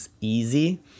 easy